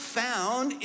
found